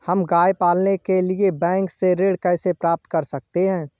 हम गाय पालने के लिए बैंक से ऋण कैसे प्राप्त कर सकते हैं?